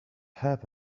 have